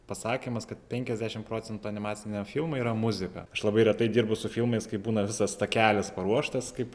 pasakymas kad penkiasdešim procentų animacinio filmo yra muzika aš labai retai dirbu su filmais kai būna visas takelis paruoštas kaip